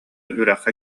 үрэххэ